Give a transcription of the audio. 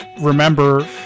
remember